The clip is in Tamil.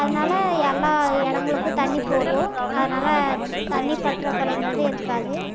அதனால் எல்லா இடங்களுக்கும் தண்ணி போகும் அதனால் தண்ணி பற்றாக்குறைங்கிறது இருக்காது